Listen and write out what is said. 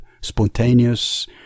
spontaneous